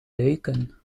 duiken